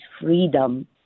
freedom